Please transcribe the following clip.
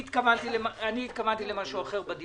ברור שצריך לעשות ועדת חקירה ממלכתית.